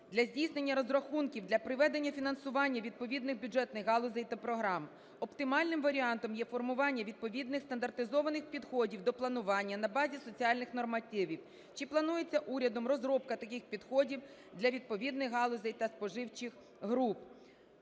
для здійснення розрахунків для приведення фінансування відповідних бюджетних галузей та програм. Оптимальним варіантом є формування відповідних стандартизованих підходів до планування на базі соціальних нормативів. Чи планується урядом розробка таких підходів для відповідних галузей та споживчих груп?